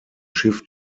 schiff